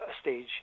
stage